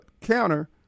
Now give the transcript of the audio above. counter